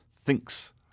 thinks